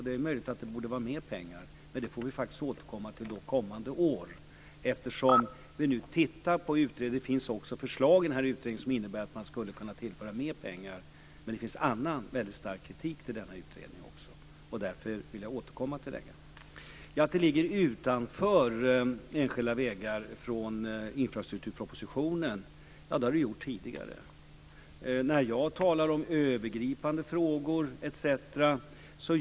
Det är möjligt att det borde vara mer pengar, men det får vi faktiskt återkomma till kommande år. Nu utreder vi detta. Det finns också förslag i den här utredningen som innebär att man skulle kunna tillföra mer pengar, men det finns också en väldigt stark kritik mot den här utredningen. Därför vill jag återkomma till vägarna. Enskilda vägar ligger utanför infrastrukturpropositionen, och det har de gjort tidigare. När jag talar om övergripande frågor etc.